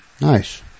nice